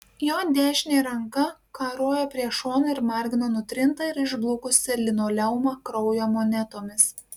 jo dešinė ranka karojo prie šono ir margino nutrintą ir išblukusį linoleumą kraujo monetomis